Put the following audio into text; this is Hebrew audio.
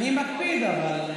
אני מקפיד,